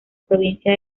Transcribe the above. provincia